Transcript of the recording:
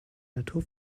natur